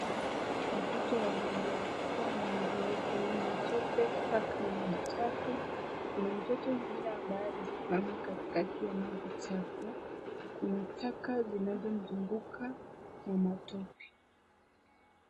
Watoto wawili wanafua nguo kwenye matope. taka na maji chafu. Kuna mtoto mwingine ambaye amesimama katikati ya maji chafu. Kuna taka zinazo mzunguka na matope.